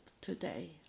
today